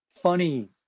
funny